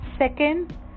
Second